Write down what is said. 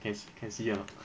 can can see or not